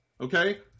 Okay